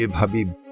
um habib.